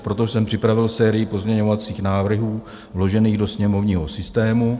Proto jsem připravil sérii pozměňovacích návrhů vložených do sněmovního systému.